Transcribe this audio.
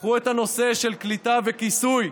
קחו את הנושא של קליטה וכיסוי.